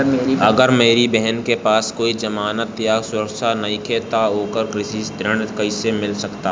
अगर मेरी बहन के पास कोई जमानत या सुरक्षा नईखे त ओकरा कृषि ऋण कईसे मिल सकता?